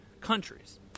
countries